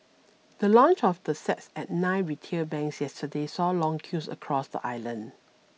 the launch of the sets at nine retail banks yesterday saw long queues across the island